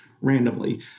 randomly